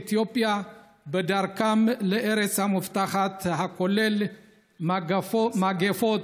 אתיופיה בדרכם לארץ המובטחת כולל מגפות,